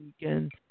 weekend